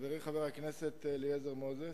חברי חבר הכנסת אליעזר מוזס,